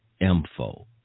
info